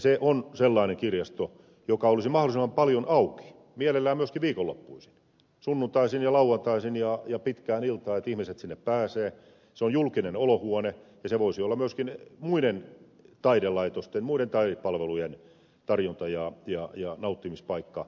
se on sellainen kirjasto joka olisi mahdollisimman paljon auki mielellään myöskin viikonloppuisin sunnuntaisin ja lauantaisin ja pitkään iltaan että ihmiset sinne pääsevät se olisi julkinen olohuone ja se voisi olla myös muiden taidelaitosten muiden taidepalvelujen tarjonta ja nauttimispaikka